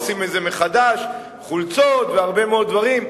עושים מזה מחדש חולצות והרבה מאוד דברים.